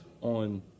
on